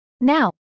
now